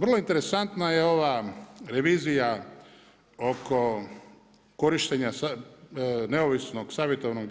Vrlo interesantna je ova revizija oko korištenja neovisnog savjetodavnog